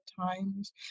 times